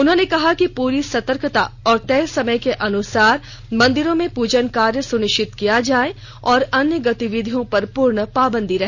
उन्होंने कहा कि पूरी सतर्कता और तय समय के अनुसार मंदिरों में पूजन कार्य सुनिश्चित किया जाए और अन्य गतिविधियों पर पूर्ण पाबंदी रहे